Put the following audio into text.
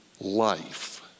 life